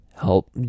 help